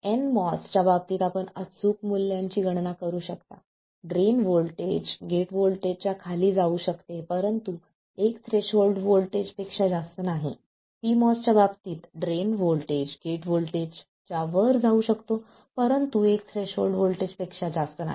nMOS च्या बाबतीत आपण अचूक मूल्यांची गणना करू शकता ड्रेन व्होल्टेज गेट व्होल्टेजच्या खाली जाऊ शकते परंतु 1 थ्रेशोल्ड व्होल्टेज पेक्षा जास्त नाही pMOS च्या बाबतीत ड्रेन व्होल्टेज गेट व्होल्टेजच्या वर जाऊ शकतो परंतु 1 थ्रेशोल्ड व्होल्टेजपेक्षा जास्त नाही